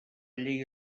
llei